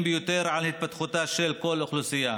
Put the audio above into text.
ביותר על התפתחותה של כל אוכלוסייה,